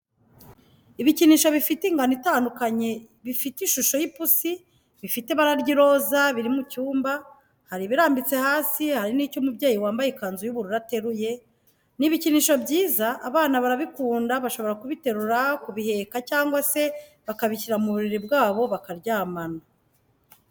Ibikinisho bifite ingano itandukanye bifite ishusho y'ipusi, bifite ibara ry'iroza, biri mu cyumba, hari ibirambitse hasi hari n'icyo umubyeyi wambaye ikanzu y'ubururu ateruye. Ni ibikinisho byiza, abana barabikunda bashobora kubiterura, kubiheka cyangwa se bakabishyira mu buriri bwabo bakaryamana.